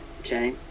okay